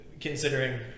considering